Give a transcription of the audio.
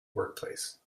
workplace